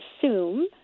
assume